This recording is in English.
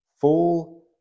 full